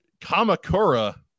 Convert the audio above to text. Kamakura